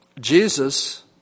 Jesus